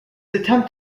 attempt